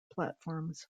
platforms